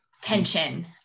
tension